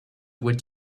would